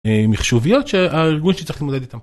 מיחשוביות של ארגון שצריך להתמודד איתם.